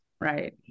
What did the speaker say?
Right